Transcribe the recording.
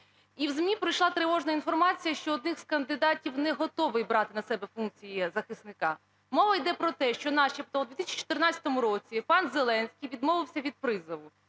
І в ЗМІ пройшла тривожна інформація, що один з кандидатів не готовий брати на себе функції захисника. Мова іде про те, що начебто у 2014 році пан Зеленський відмовився від призову,